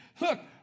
look